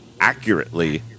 accurately